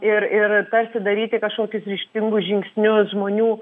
ir ir tarsi daryti kažkokius ryžtingus žingsnius žmonių